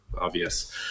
obvious